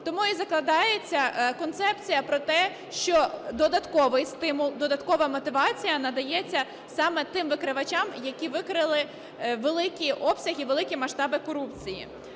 Тому і закладається концепція про те, що додатковий стимул, додаткова мотивація надається саме тим викривачам, які викрили великі обсяги, великі масштаби корупції.